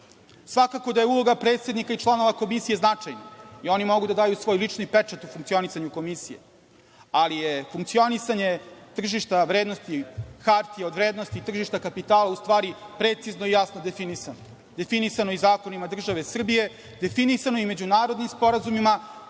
Svakako da je uloga predsednika i članova Komisije značajna i oni mogu da daju svoj lični pečat u funkcionisanju Komisije, ali je funkcionisanje tržišta hartija od vrednosti i tržišta kapitala u stvari precizno i jasno definisano, definisano i zakonima države Srbije, definisano i međunarodnim sporazumima